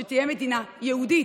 שתהיה מדינה יהודית,